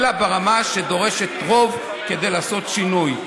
אלא ברמה שדורשת רוב כדי לעשות שינוי.